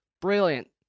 Brilliant